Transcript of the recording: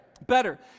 Better